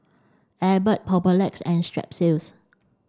Abbott Papulex and Strepsils